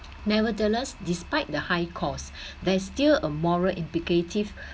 nevertheless despite the high costs there is still a moral imperative